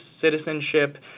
citizenship